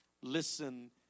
Listen